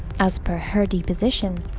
as per her deposition,